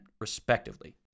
respectively